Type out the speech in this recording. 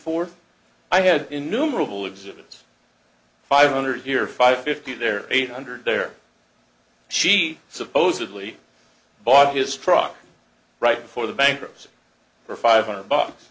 exhibits five hundred here five fifty there eight hundred there she supposedly bought his truck right before the bankruptcy for five hundred bucks